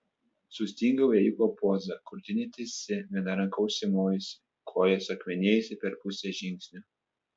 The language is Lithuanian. sustingau ėjiko poza krūtinė tiesi viena ranka užsimojusi koja suakmenėjusi per pusę žingsnio